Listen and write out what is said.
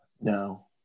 No